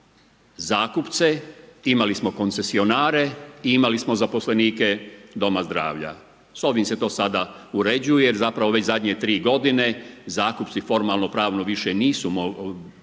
zakupce imali smo koncesionare i imali smo zaposlenike doma zdravlja. S ovim se to sada uređuje, jer zapravo već zadnje 3 g. zakupci, formalno, pravno, više nisu